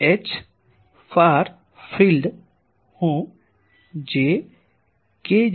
તેથી Hfar field હું j k0 I